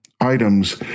items